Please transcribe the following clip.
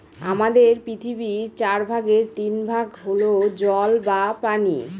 আমাদের পৃথিবীর চার ভাগের তিন ভাগ হল জল বা পানি